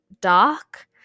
dark